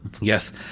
Yes